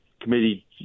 committee